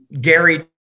Gary